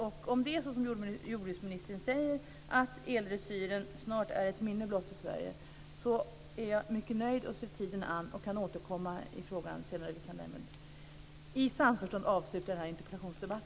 Om det är så, som jordbruksministern säger, att eldressyren snart är ett minne blott i Sverige, så är jag mycket nöjd, ser tiden an och kan återkomma i frågan senare. Vi kan därmed i samförstånd avsluta denna interpellationsdebatt.